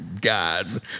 Guys